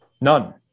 None